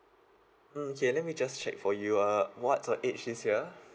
mm okay let me just check for you ah what's your age this year